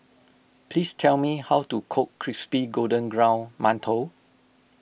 please tell me how to cook Crispy Golden Brown Mantou